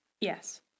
Yes